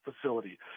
facility